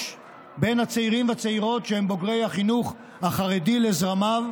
יש ביניהם צעירים וצעירות שהם בוגרי החינוך החרדי לזרמיו,